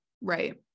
right